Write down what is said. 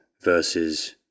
versus